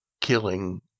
killing